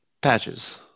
patches